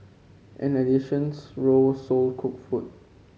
an additions row sold cooked food